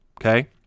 okay